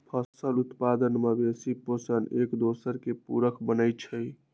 फसल उत्पादन, मवेशि पोशण, एकदोसर के पुरक बनै छइ